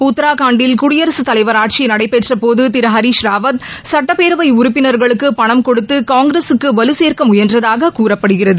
உத்தரகாண்டில் குடியரசுத்தலைவர் ஆட்சி நடைபெற்றபோது ஹரீஸ் ராவத் சட்டப்பேரவை உறுப்பினர்களுக்கு பணம் கொடுத்து காங்கிரசுக்கு வலு சேர்க்க முயன்றதாக கூறப்படுகிறது